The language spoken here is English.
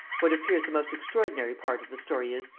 what appears the most extraordinary part of the story is,